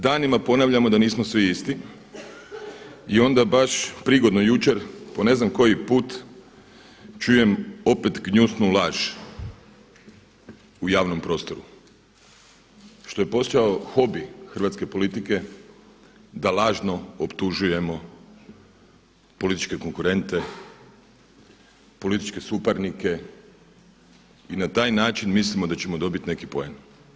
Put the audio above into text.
Danima ponavljamo da nismo svi isti i onda baš prigodno jučer, po ne znam koji put čujem opet gnjusnu laž u javnom prostoru, što je postao hobi hrvatske politike da lažno optužujemo političke konkurente, političke suparnike i na taj način mislimo da ćemo dobiti neki poen.